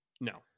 No